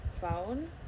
phone